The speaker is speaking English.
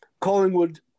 Collingwood